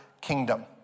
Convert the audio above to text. kingdom